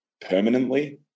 permanently